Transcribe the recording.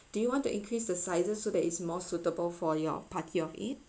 do you want to increase the sizes so that it's more suitable for your party of eight